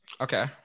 okay